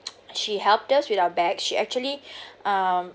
she helped us with our bag she actually um